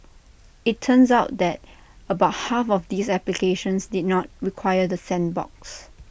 IT turns out that about half of these applications did not require the sandbox